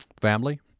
family